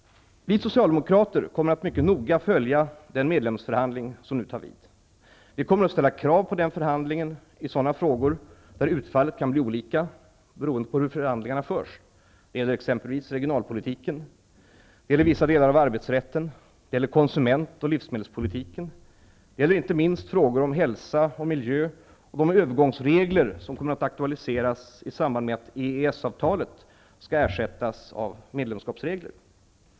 Vi socialdemokrater kommer att mycket noga följa den medlemskapsförhandling som nu tar vid. Vi kommer att ställa krav på förhandlingen i sådana frågor där utfallet kan bli olika beroende på hur förhandlingarna förs. Det gäller exempelvis regionalpolitiken, vissa delar av arbetsrätten, konsument och livsmedelspolitiken, och det gäller inte minst frågor om hälsa och miljö och de övergångsregler som kommer att aktualiseras i samband med att EES-avtalet skall ersättas av medlemskapsregler.